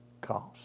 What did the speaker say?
cost